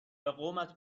قومت